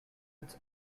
its